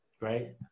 right